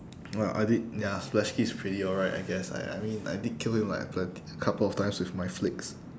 alright I thi~ ya splashske is pretty alright I guess I I mean I did kill him like a plent~ a couple of times with my flicks